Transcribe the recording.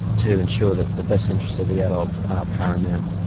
to ensure that the best interests of the adult are paramount.